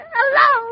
Hello